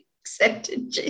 accepted